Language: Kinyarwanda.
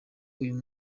uyu